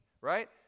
Right